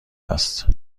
است